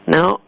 Now